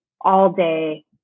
all-day